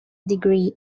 degree